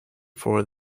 for